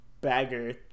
bagger